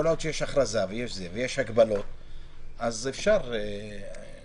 כל עוד שיש הכרזה ויש הגבלות אז אפשר בזום,